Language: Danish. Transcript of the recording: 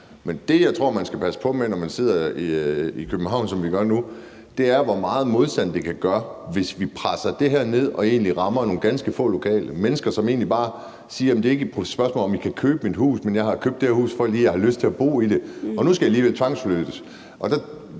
hvor jeg tror man skal passe på, når man sidder i København, som vi gør nu, er, hvor meget modstand det kan give, hvis vi presser det her ned og egentlig rammer nogle ganske få lokale – mennesker, som egentlig bare siger: Det er ikke et spørgsmål om, om I kan købe mit hus, men jeg har købt det her hus, fordi jeg har lyst til at bo i det, og nu skal jeg alligevel tvangsflyttes.